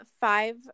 five